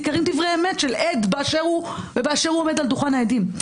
ניכרים דברי אמת של עד באשר הוא ובאשר הוא עומד על דוכן העדים.